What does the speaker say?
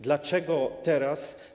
Dlaczego teraz?